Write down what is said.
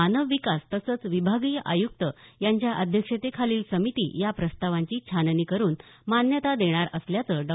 मानव विकास तसंच विभागीय आयुक्त यांच्या अध्यक्षतेखालील समिती या प्रस्तावांची छाननी करून मान्यता देणार असल्याचं डॉ